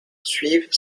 suivent